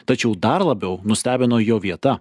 tačiau dar labiau nustebino jo vieta